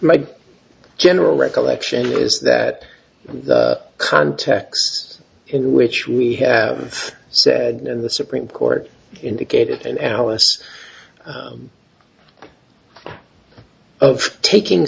my general recollection is that the context in which we have said and the supreme court indicated an alice of taking